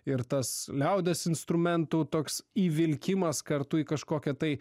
ir tas liaudies instrumentų toks įvilkimas kartu į kažkokią tai